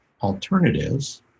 alternatives